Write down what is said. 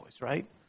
right